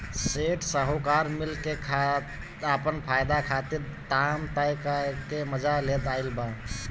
सेठ साहूकार मिल के आपन फायदा खातिर दाम तय क के मजा लेत आइल बा